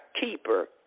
keeper